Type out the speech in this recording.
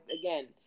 Again